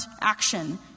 action